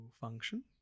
function